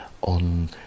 on